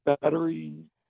battery